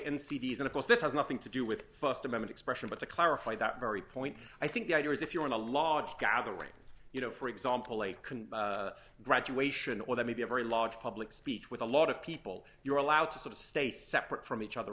these and of course this has nothing to do with just a moment expression but to clarify that very point i think the idea is if you're in a large gathering you know for example a can graduation or that may be a very large public speech with a lot of people you're allowed to sort of stay separate from each other